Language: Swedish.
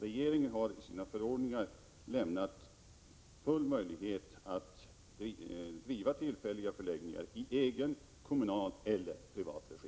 Regeringen har i sina förordningar lämnat full möjlighet att driva tillfälliga förläggningar i egen, kommunal eller privat regi.